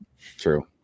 True